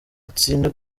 atsinda